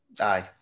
Aye